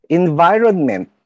environment